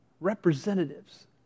Representatives